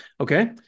Okay